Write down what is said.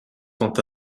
quant